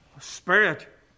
Spirit